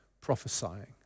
prophesying